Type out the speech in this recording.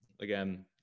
again